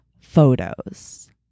photos